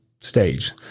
stage